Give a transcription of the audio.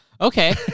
okay